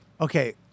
Okay